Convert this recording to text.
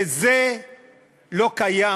וזה לא קיים: